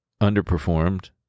underperformed